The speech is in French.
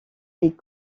est